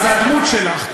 אז הדמות שלך.